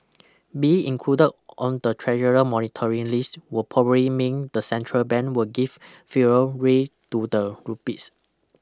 being included on the treasurer monitoring list will probably mean the central bank will give freer rein to the rupees